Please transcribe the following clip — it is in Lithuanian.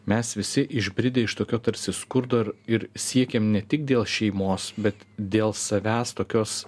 mes visi išbridę iš tokio tarsi skurdo ir ir siekiam ne tik dėl šeimos bet dėl savęs tokios